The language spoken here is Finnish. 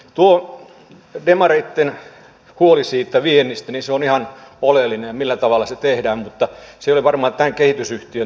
tuo demareitten huoli siitä viennistä on ihan oleellinen ja siitä millä tavalla se tehdään mutta se ei ole varmaan tämän kehitysyhtiön tehtävä